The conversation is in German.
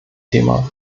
thema